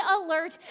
alert